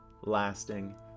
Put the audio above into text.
lasting